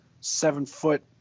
seven-foot